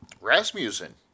Rasmussen